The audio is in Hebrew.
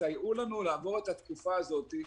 סייעו לנו לעבור את התקופה הזאת ולהישאר עם הראש מעל המים.